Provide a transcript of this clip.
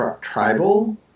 tribal